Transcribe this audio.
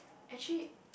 actually